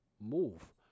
move